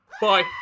Bye